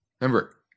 remember